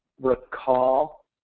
recall